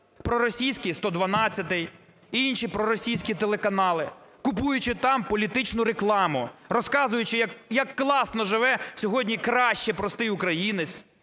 проросійський "112" і інші проросійські телеканали, купуючи там політичну рекламу, розказуючи, як класно живе сьогодні краще простий українець,